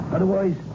Otherwise